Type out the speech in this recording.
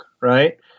right